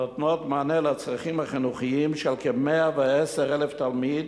הנותנות מענה לצרכים החינוכיים של כ-110,000 תלמידים.